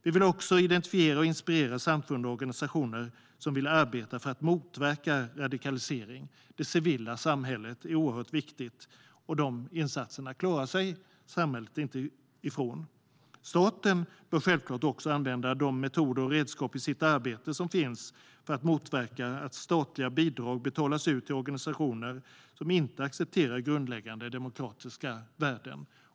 Vi vill också identifiera och inspirera samfund och organisationer som vill arbeta för att motverka radikalisering. Det civila samhället är oerhört viktigt, och dessa insatser klarar sig inte samhället ifrån. Staten bör självklart också använda dessa metoder och redskap i sitt eget arbete för att motverka att statliga bidrag betalas ut till organisationer som inte accepterar grundläggande demokratiska värden.